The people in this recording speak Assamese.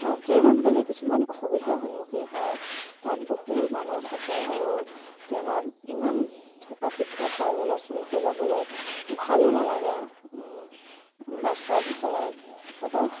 ট্ৰেইনত গ'লে কিছুমান অসুবিধাৰ সন্মুখীন হওঁ তাত বহু মানুহ থাকে আৰু ট্ৰেইনত ইমান ঠেকা ঠেকী হাই হুলস্থুলকৈ যাবলৈ ভালো নালাগে বাছত গ'লে কিবা এটা